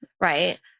right